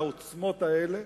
בעוצמות האלה,